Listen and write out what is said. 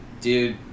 dude